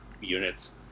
units